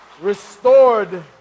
Restored